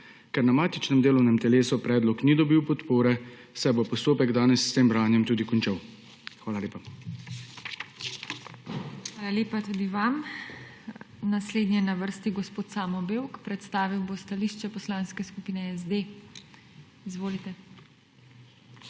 Ker na matičnem delovnem telesu predlog ni dobil podpore, se bo postopek danes s tem branjem tudi končal. Hvala lepa. PODPREDSEDNICA TINA HEFERLE: Hvala lepa tudi vam. Naslednji je na vrsti gospod Samo Bevk, predstavil bo stališče Poslanske skupine SD. Izvolite.